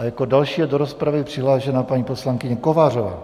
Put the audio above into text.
A jako další je do rozpravy přihlášena paní poslankyně Kovářová.